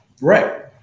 Right